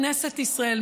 כנסת ישראל,